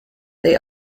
they